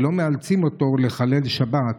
ולא מאלצים אותו לחלל שבת.